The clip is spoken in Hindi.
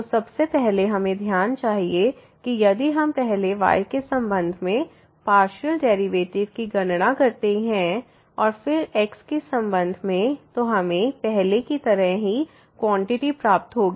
तो सबसे पहले हमें ध्यान देना चाहिए कि यदि हम पहले y के संबंध में पार्शियल डेरिवेटिव की गणना करते हैं और फिर x के संबंध में तो हमें पहले की तरह ही क्वांटिटी प्राप्त होगी